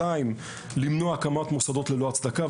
שנית, יש למנוע הקמת מוסדות ללא הצדקה.